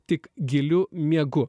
tik giliu miegu